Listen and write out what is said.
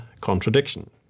contradiction